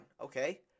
Okay